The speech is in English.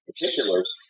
Particulars